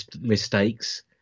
mistakes